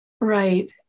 Right